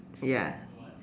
ya